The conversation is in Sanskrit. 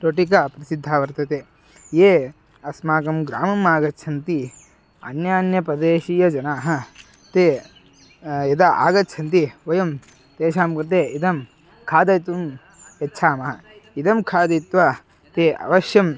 रोटिका प्रसिद्धा वर्तते ये अस्माकं ग्रामम् आगच्छन्ति अन्यान्यप्रदेशीयजनाः ते यदा आगच्छन्ति वयं तेषां कृते इदं खादयितुं यच्छामः इदं खादित्वा ते अवश्यं